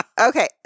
Okay